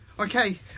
okay